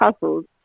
puzzled